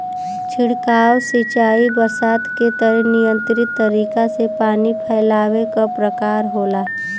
छिड़काव सिंचाई बरसात के तरे नियंत्रित तरीका से पानी फैलावे क प्रकार होला